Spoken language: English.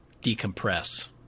decompress